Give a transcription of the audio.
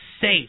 safe